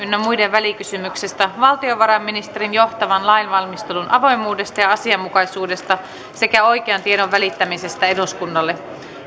välikysymyksestä valtiovarainministerin johtaman lainvalmistelun avoimuudesta ja asianmukaisuudesta sekä oikean tiedon välittämisestä eduskunnalle